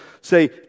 say